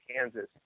Kansas